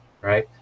right